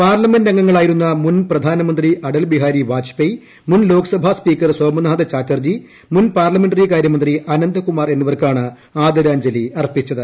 parliament അർഗങ്ങളായിരുന്ന മുൻ പ്രധാനമന്ത്രി അടൽ ബിഹാരി വാജ്പേയ് മുൻ ലോക്സഭാ സ്പീക്കർ സോംനാഥ് ചാറ്റർജി മുൻ പാർലമെന്ററി കാര്യമന്ത്രി അനന്ദ് കുമാർ എന്നിവർക്കാണ് ആദരാജ്ഞലി അർപ്പിച്ചത്